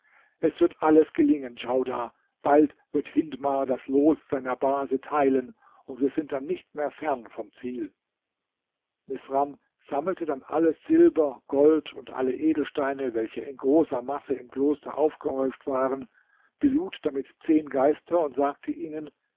es wird alles gelingen djaudar bald wird hindmar das los seiner base teilen und wir sind dann nicht mehr fern vom ziel misram sammelte dann alles silber gold und alle edelsteine welche in großer masse im kloster aufgehäuft waren belud damit zehn geister und sagte ihnen